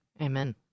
Amen